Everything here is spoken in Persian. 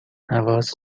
نواز